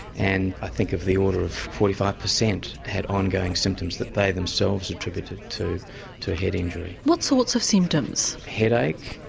and i think of the order of forty five percent had ongoing symptoms that but they themselves attributed to to a head injury. what sorts of symptoms? headache,